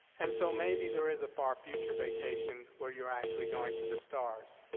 and so, maybe there is a far future vacation where you're actually going to the stars,